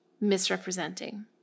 misrepresenting